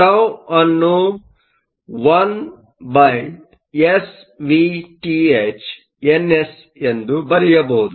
ಟೌτವನ್ನು 1SvthNs ಎಂದು ಬರೆಯಬಹುದು